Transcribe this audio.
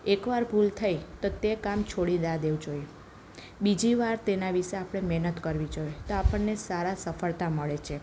એક વાર ભૂલ થઈ તો તે કામ છોડી ના દેવું જોઈએ બીજી વાર તેના વિષે આપણે મહેનત કરવી જોઈએ તો આપણને સારી સફળતા મળે છે